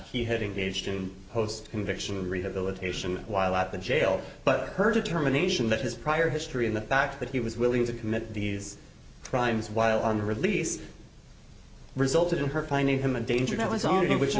he had engaged in post conviction of rehabilitation while at the jail but her determination that his prior history and the fact that he was willing to commit these crimes while on the release resulted in her finding him a danger that was on which